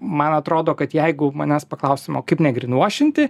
man atrodo kad jeigu manęs paklaustum o kaip negrinvuošinti